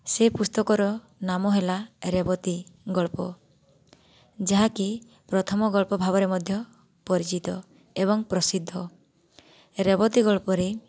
ସେ ପୁସ୍ତକର ନାମ ହେଲା ରେବତୀ ଗଳ୍ପ ଯାହାକି ପ୍ରଥମ ଗଳ୍ପ ଭାବରେ ମଧ୍ୟ ପରିଚିତ ଏବଂ ପ୍ରସିଦ୍ଧ ରେବତୀ ଗଳ୍ପରେ